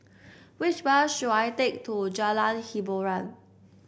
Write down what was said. which bus should I take to Jalan Hiboran